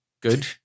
Good